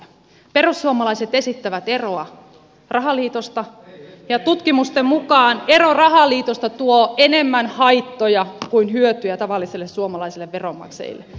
perussuomalaiset esittävät eroa rahaliitosta ja tutkimusten mukaan ero rahaliitosta tuo enemmän haittoja kuin hyötyjä tavallisille suomalaisille veronmaksajille